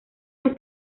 los